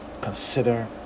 Consider